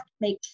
make